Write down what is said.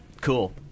Cool